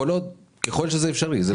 ככל שזה אפשרי.